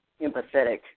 empathetic